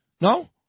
No